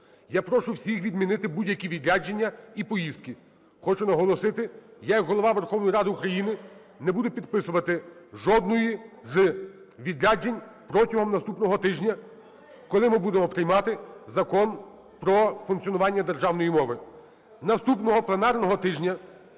Я прошу всіх відмінити будь-які відрядження і поїздки. Хочу наголосити, я як Голова Верховної Ради України не буду підписувати жодного з відряджень протягом наступного тижня, коли ми будемо приймати Закон про функціонування державної мови. Наступного пленарного тижня